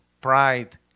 pride